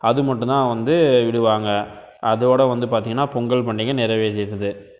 அது மட்டும் தான் வந்து விடுவாங்க அதோடு வந்து பார்த்திங்கன்னா பொங்கல் பண்டிகை நிறைவேறிருது